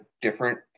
different